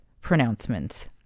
pronouncements